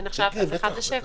זה נחשב אחד לשבע.